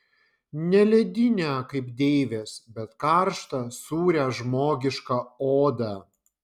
ne ledinę kaip deivės bet karštą sūrią žmogišką odą